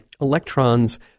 electrons